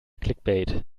clickbait